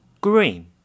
green